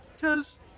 Cause